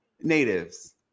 natives